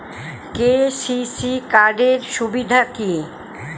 KCC card এর সুবিধা কি?